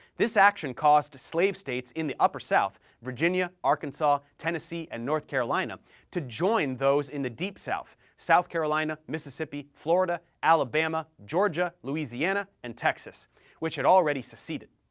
this action caused slave states in the upper south virginia, arkansas, tennessee, and north carolina to join those in the deep south south carolina, mississippi, florida, alabama, georgia, louisiana, and texas which had already seceded.